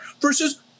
versus